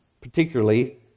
particularly